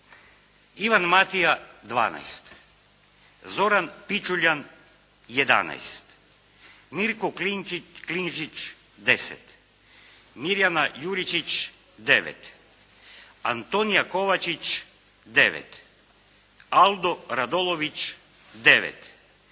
Ivan Matija 12, Zoran Pičuljan 11, Mirko Klinžić 10, Mirjana Juričić 9, Antonija Kovačić 9, Aldo Radolović 9,